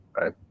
right